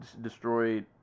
destroyed